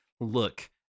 Look